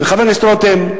עם חבר הכנסת רותם,